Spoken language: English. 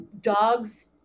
Dogs